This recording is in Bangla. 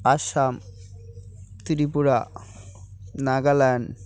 আসাম ত্রিপুরা নাগাল্যাণ্ড